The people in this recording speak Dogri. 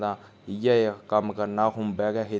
तां इ'यै कम्म करना खुम्बै गै